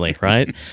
right